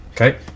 Okay